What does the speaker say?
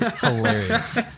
hilarious